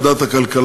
מטעם ועדת הכלכלה: